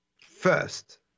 First